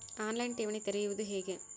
On line ಠೇವಣಿ ತೆರೆಯುವುದು ಹೇಗೆ?